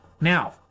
Now